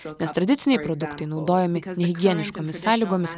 nes tradiciniai produktai naudojami nehigieniškomis sąlygomis